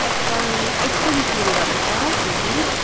Apple एक सौ बिस रुपियाँ गरेर छ केजी